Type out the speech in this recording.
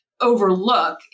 overlook